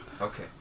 Okay